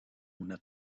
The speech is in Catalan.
una